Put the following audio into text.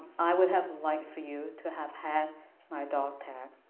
i would have liked for you to have had my dog tag,